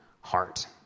heart